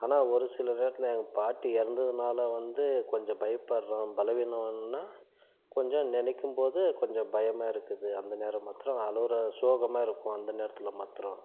ஆனால் ஒரு சில நேரத்தில் எங்கள் பாட்டி இறந்ததுனால வந்து கொஞ்சம் பயப்படுகிறேன் பலவீனம்னால் கொஞ்சம் நினைக்கும்போதே கொஞ்சம் பயமாக இருக்குது அந்த நேரம் மாத்ரம் அழுகிற சோகமாக இருக்கும் அந்த நேரத்தில் மாத்ரம்